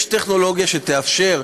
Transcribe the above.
יש טכנולוגיה שתאפשר,